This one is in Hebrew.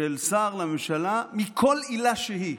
של שר לממשלה מכל עילה שהיא